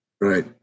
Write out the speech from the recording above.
right